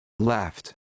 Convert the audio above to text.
Left